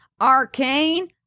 Arcane